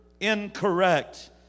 incorrect